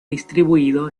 distribuido